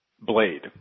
blade